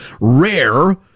rare